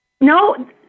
No